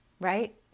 right